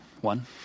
One